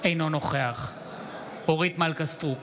אינו נוכח אורית מלכה סטרוק,